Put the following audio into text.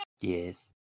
Yes